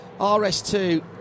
RS2